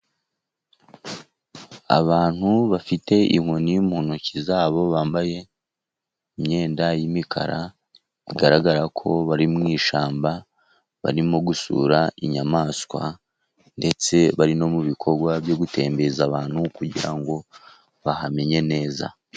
Abantu bafite inkoni mu ntoki zabo bambaye imyenda y'imikara bigaragara ko bari mu ishyamba barimo gusura inyamaswa ndetse bari no mubikorwa byo gutembereza abantu kugirango ngo bahamenye neza.